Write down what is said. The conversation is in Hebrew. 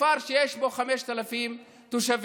בכפר שיש בו 5,000 תושבים.